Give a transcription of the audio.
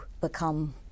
become